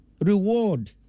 reward